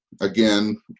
again